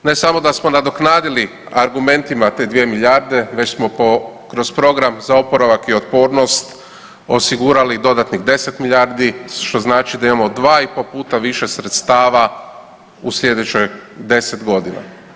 Ne samo da smo nadoknadili argumentima te 2 milijarde već smo kroz Program za oporavak i otpornost osigurali dodatnih 10 milijardi što znači da imamo 2 i po puta više sredstava u slijedećoj 10 godina.